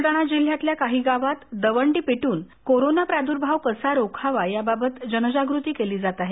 बुलडाणा जिल्ह्यातल्या काही गावांत दवंडी पिटून कोरोना प्रादुर्भाव कसा रोखावा याबाबत जनजागृती केली जात आहे